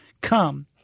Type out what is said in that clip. Come